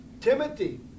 Timothy